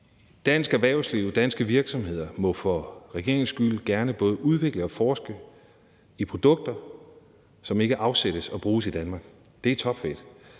dansk erhvervsliv og danske virksomheder må for regeringens skyld gerne både udvikle og forske i produkter, som ikke afsættes og bruges i Danmark. Det er topfedt.